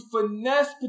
finesse